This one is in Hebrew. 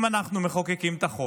אם אנחנו מחוקקים את החוק,